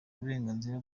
uburenganzira